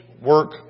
work